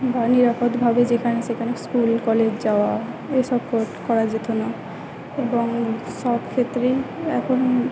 বা নিরাপদভাবে যেখানে সেখানে স্কুল কলেজ যাওয়া এসব করা যেতো না এবং সব ক্ষেত্রেই এখন